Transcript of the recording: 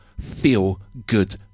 feel-good